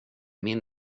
min